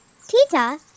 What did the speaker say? Tita